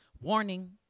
Warning